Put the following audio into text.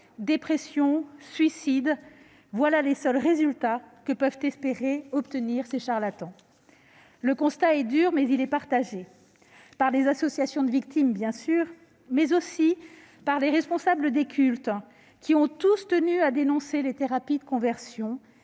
dépression, suicide, voilà les seuls résultats que peuvent espérer obtenir ces charlatans. Le constat est dur, mais il est partagé par les associations de victimes bien sûr, mais aussi par les responsables des cultes, qui ont tous tenu à dénoncer les thérapies de conversion,